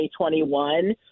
2021